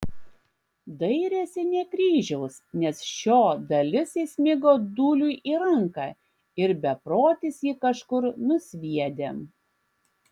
dairėsi ne kryžiaus nes šio dalis įsmigo dūliui į ranką ir beprotis jį kažkur nusviedė